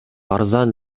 арзан